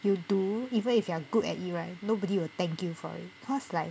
you'll do even if you are good at it right nobody will thank you for it cause like